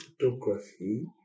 photography